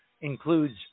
includes